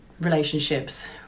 relationships